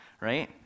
Right